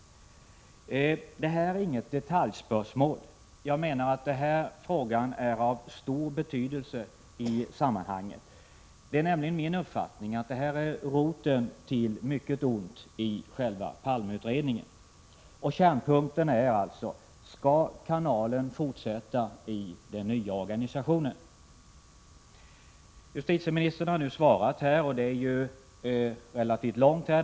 Det här är inget detaljspörsmål. Jag menar att denna fråga är av stor betydelse i sammanhanget. Det är nämligen min uppfattning att det här är roten till mycket ont i själva Palmeutredningen. Kärnpunkten är alltså: Skall man fortsätta med kanalen i den nya organisationen? Justitieministern har nu svarat. Det är ett relativt långt svar.